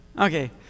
Okay